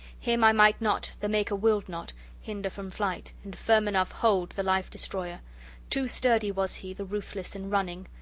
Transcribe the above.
him i might not the maker willed not hinder from flight, and firm enough hold the life-destroyer too sturdy was he, the ruthless, in running!